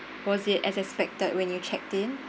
was it as expected when you check in